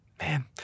man